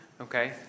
Okay